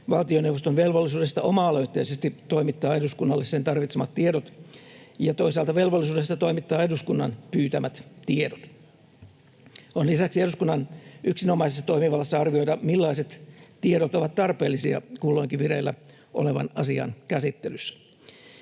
valtioneuvoston velvollisuudesta oma-aloitteisesti toimittaa eduskunnalle sen tarvitsemat tiedot ja toisaalta velvollisuudesta toimittaa eduskunnan pyytämät tiedot. On lisäksi eduskunnan yksinomaisessa toimivallassa arvioida, millaiset tiedot ovat tarpeellisia kulloinkin vireillä olevan asian käsittelyssä.